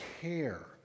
care